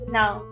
now